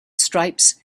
stripes